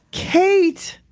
kait,